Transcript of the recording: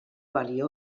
balio